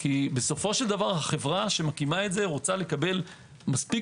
כי בסופו של דבר החברה שמקימה את זה רוצה לקבל מספיק